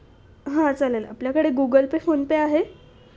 हां चालेल ना आपल्याकडे गुगल पे फोनपे आहे